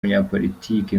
umunyapolitiki